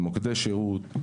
מוקדי שירות.